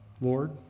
Lord